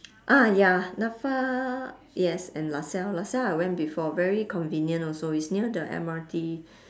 ah ya NAFA yes and lasalle lasalle I went before very convenient also it's near the M_R_T